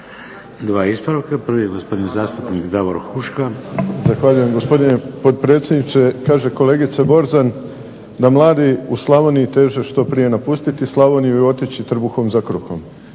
Dva ispravka. Prvi gospodin zastupnik Davor Huška. **Huška, Davor (HDZ)** Zahvaljujem gospodine potpredsjedniče. Kaže kolegica Borzan, da mladi u Slavoniji teže što prije napustiti Slavoniju i otići trbuhom za kruhom.